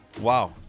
Wow